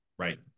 Right